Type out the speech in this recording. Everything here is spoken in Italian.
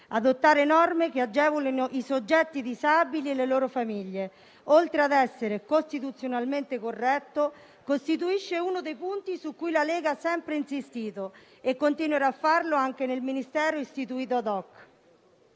Adottare norme che agevolino i soggetti disabili e le loro famiglie, oltre ad essere costituzionalmente corretto, costituisce uno dei punti su cui la Lega ha sempre insistito e continuerà a farlo anche nel Ministero istituito *ad hoc*.